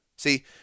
See